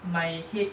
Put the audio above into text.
my head